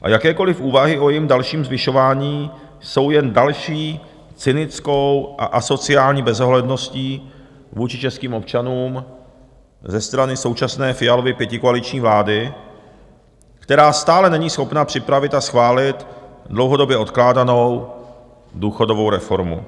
A jakékoliv úvahy o jejím dalším zvyšování jsou jen další cynickou a asociální bezohledností vůči českým občanům ze strany současné Fialovy pětikoaliční vlády, která stále není schopna připravit a schválit dlouhodobě odkládanou důchodovou reformu.